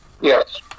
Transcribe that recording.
Yes